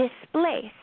displace